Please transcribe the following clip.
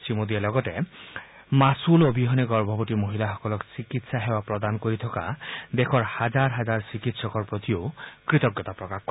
শ্ৰীমোদীয়ে লগতে মাছুল অবিহনে গৰ্ভৱতী মহিলাসকলক চিকিৎসা প্ৰদান কৰি থকা দেশৰ হাজাৰ হাজাৰ চিকিৎসকৰ প্ৰতিও কৃতজ্ঞতা প্ৰকাশ কৰে